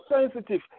sensitive